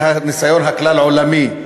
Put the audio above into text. הניסיון הכלל-עולמי,